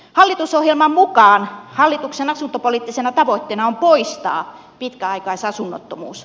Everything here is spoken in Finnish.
hallitusohjelman mukaan hallituksen asuntopoliittisena tavoitteena on poistaa pitkäaikaisasunnottomuus